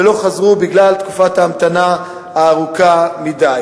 ולא חזרו בגלל תקופת ההמתנה הארוכה מדי.